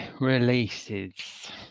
releases